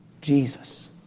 Jesus